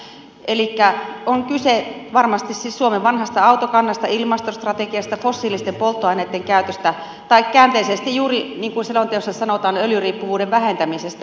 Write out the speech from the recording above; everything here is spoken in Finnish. on siis kyse varmasti suomen vanhasta autokannasta ilmastostrategiasta fossiilisten polttoaineiden käytöstä tai käänteisesti juuri niin kuin selonteossa sanotaan öljyriippuvuuden vähentämisestä